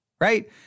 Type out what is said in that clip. right